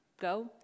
go